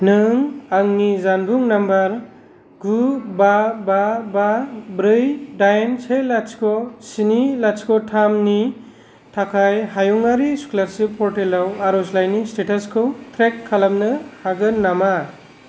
नों आंनि जानबुं नम्बर गु बा बा बा ब्रै दाइन से लाथिख' स्नि लाथिख' थाम नि थाखाय हायुंआरि स्कलारसिफ पर्टेलाव आरजलाइनि स्टेटासखौ ट्रेक खालामनो हागोन नामा